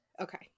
Okay